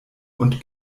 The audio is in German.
und